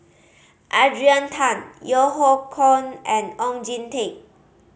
Adrian Tan Yeo Hoe Koon and Oon Jin Teik